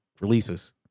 Releases